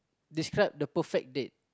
describe the perfect date